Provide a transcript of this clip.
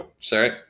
Sorry